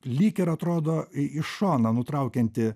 lyg ir atrodo į šoną nutraukiantį